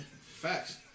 facts